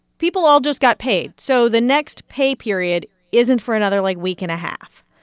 people all just got paid. so the next pay period isn't for another, like, week and a half,